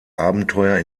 abenteuer